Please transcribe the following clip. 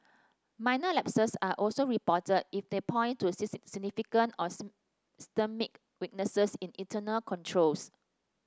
minor lapses are also reported if they point to significant or systemic weaknesses in internal controls